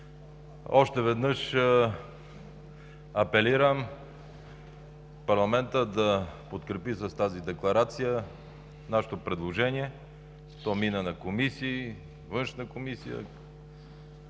Още веднъж апелирам парламентът да подкрепи с тази декларация нашето предложение. То мина на комисии – Комисията